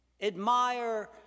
Admire